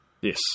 Yes